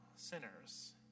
Sinners